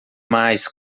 mais